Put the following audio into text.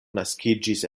naskiĝis